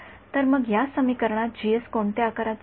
तर मग या समीकरणात कोणत्या आकाराचे आहे